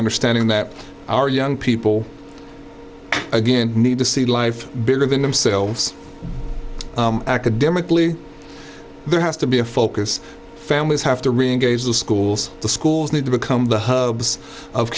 understanding that our young people again need to see life bigger than themselves academically there has to be a focus families have to reengage the schools the schools need to become the hubs of